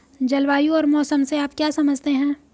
जलवायु और मौसम से आप क्या समझते हैं?